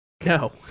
no